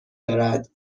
دارد